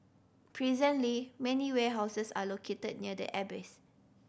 presently many warehouses are located near the airbase